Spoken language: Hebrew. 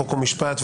חוק ומשפט,